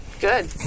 Good